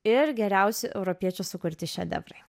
ir geriausi europiečių sukurti šedevrai